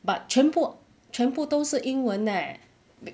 but 全部全部都是英文 leh